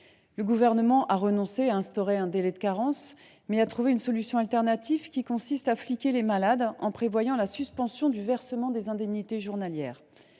a finalement renoncé à instaurer un délai de carence plus long, il a trouvé une alternative qui consiste à fliquer les malades, en prévoyant la suspension du versement de leurs indemnités journalières.